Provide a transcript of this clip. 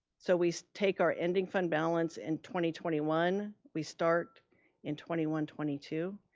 so we take our ending fund balance in twenty twenty one. we start in twenty one twenty two.